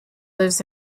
lives